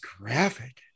graphic